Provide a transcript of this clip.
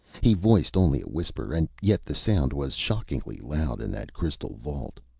he voiced only a whisper, and yet the sound was shockingly loud in that crystal vault.